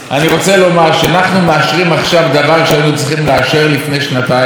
אני רוצה לומר שאנחנו מאשרים עכשיו דבר שהיינו צריכים לאשר לפני שנתיים.